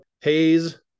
haze